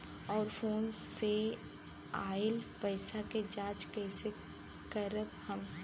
और फोन से आईल पैसा के जांच कैसे करब हम?